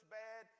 bad